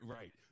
Right